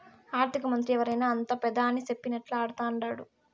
ఆర్థికమంత్రి ఎవరైనా అంతా పెదాని సెప్పినట్లా ఆడతండారు